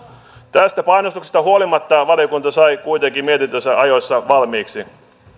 tästä painostuksesta huolimatta valiokunta sai kuitenkin mietintönsä ajoissa valmiiksi